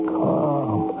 calm